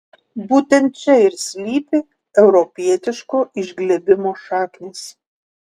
būtent čia ir slypi europietiško išglebimo šaknys